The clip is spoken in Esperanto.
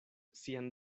sian